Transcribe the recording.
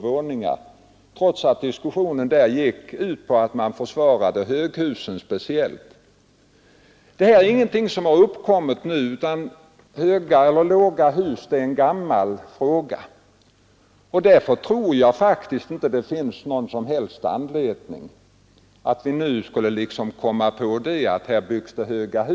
I fråga om de förslag som nu föreligger kan jag gärna framhålla att jag ser det som värdefullt att utskottet har uttalat att när det gäller företag som har svårigheter med outhyrda lägenheter skall regeringen kunna gå längre än vad som var tänkt från början.